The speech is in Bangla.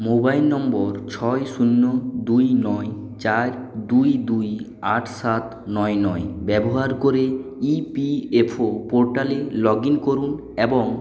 মোবাইল নম্বর ছয় শূন্য দুই নয় চার দুই দুই আট সাত নয় নয় ব্যবহার করে ইপিএফও পোর্টালে লগ ইন করুন এবং